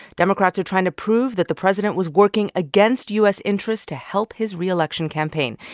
democrats are trying to prove that the president was working against u s. interests to help his reelection campaign.